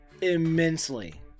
immensely